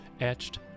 Etched